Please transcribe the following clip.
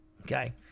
okay